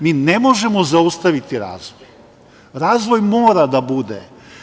Mi ne možemo zaustaviti razvoj, razvoj mora da bude.